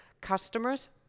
customers